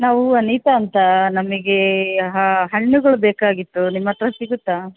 ನಾವು ಅನಿತಾ ಅಂತಾ ನಮಗೇ ಹಣ್ಣುಗುಳು ಬೇಕಾಗಿತ್ತು ನಿಮ್ಮ ಹತ್ರ ಸಿಗುತ್ತಾ